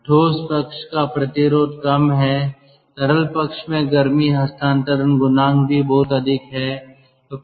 तो ठोस पक्ष का प्रतिरोध कम है तरल पक्ष में गर्मी हस्तांतरण गुणांक भी बहुत अधिक है